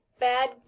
Bad